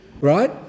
right